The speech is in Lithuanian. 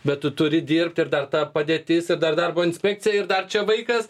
bet tu turi dirbt ir dar ta padėtis ir dar darbo inspekcija ir dar čia vaikas